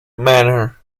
manner